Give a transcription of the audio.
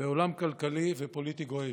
בעולם כלכלי ופוליטי גועש.